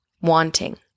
wanting